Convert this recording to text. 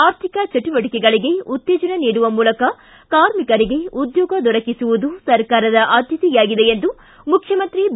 ಆರ್ಥಿಕ ಚಟುವಟಿಕೆಗಳಿಗೆ ಉತ್ತೇಜನ ನೀಡುವ ಮೂಲಕ ಕಾರ್ಮಿಕರಿಗೆ ಉದ್ಯೋಗ ದೊರಕಿಸುವುದು ಸರ್ಕಾರದ ಆದ್ಯತೆಯಾಗಿದೆ ಎಂದು ಮುಖ್ಯಮಂತ್ರಿ ಬಿ